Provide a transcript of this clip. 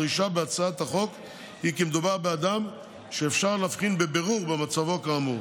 הדרישה בהצעת החוק היא כי מדובר באדם שאפשר להבחין בבירור במצבו כאמור.